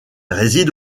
réside